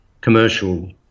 commercial